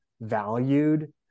valued